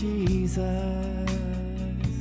Jesus